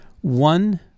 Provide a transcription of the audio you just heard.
one